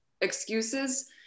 excuses